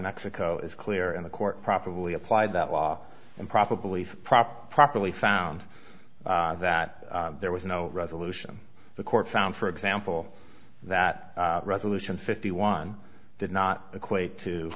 mexico is clear and the court properly applied that law and probably proper properly found that there was no resolution the court found for example that resolution fifty one did not equate to